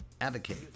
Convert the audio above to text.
advocate